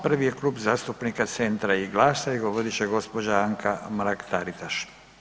Prvi je Klub zastupnika Centra i GLAS-a i govorit će gospođa Anka Mrak Taritaš.